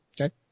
Okay